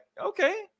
okay